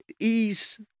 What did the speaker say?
ease